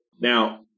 Now